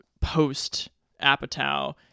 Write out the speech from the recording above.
Post-Apatow